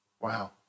Wow